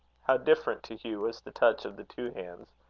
how different to hugh was the touch of the two hands!